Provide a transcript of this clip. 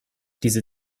diese